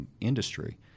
industry